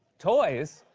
toys?